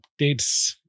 updates